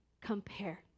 Compare